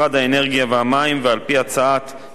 על-פי הצעת שר האנרגיה והמים,